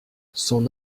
son